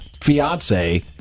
fiance